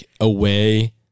away